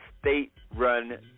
state-run